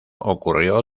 ocurrió